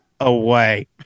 away